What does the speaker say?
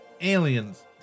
aliens